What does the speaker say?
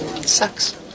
Sucks